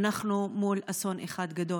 אנחנו מול אסון אחד גדול.